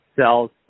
cells